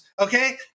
Okay